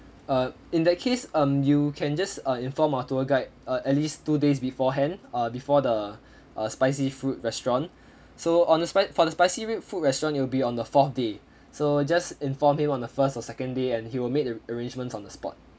uh in that case um you can just uh inform our tour guide uh at least two days beforehand uh before the uh spicy food restaurant so on the spi~ for the spicy food restaurant it will be on the fourth day so just inform him on the first or second day and he will make arrangements on the spot